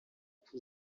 mpfu